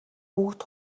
бүгд